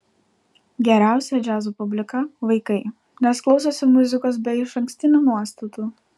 geriausia džiazo publika vaikai nes klausosi muzikos be išankstinių nuostatų